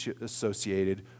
associated